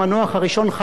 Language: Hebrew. בהקשר אחר,